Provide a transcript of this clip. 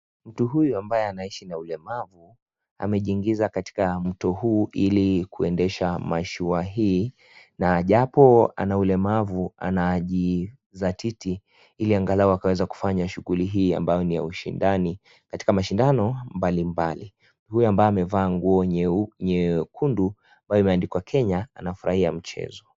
Mtu huyu ambaye anaishi na ulemavu amejiingiza katika mto huu ili kuendesha mashua hii. Na japo ana ulemavu anajizatiti ili angalau akaweze kufanya kazi hii ambayo ni ya ushindani. Katika mashindano mbalimbali. Huyu ambaye amevaa nguo nyekundu ambayo imeandikwa kenya anafurahia mchezo.